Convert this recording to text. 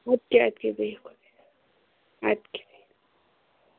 اَدٕ کیٛاہ اَدٕ کیٛاہ بِہِو خُدایَس حوال اَدٕ کیٛاہ